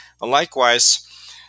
Likewise